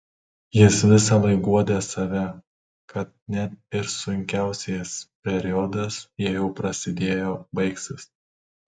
jis visąlaik guodė save kad net ir sunkiausias periodas jei jau prasidėjo baigsis